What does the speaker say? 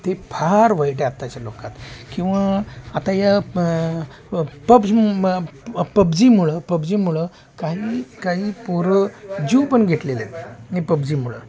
ते फार वाईट आहे आत्ताच्या लोकात किंवा आता या पब्ज पबजीमुळं पबजीमुळं काही काही पोरं जीव पण घेतलेले आहेत हे पबजीमुळं